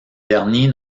derniers